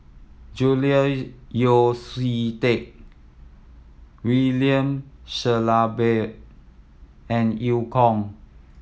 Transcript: Julian Yeo See Teck William Shellabear and Eu Kong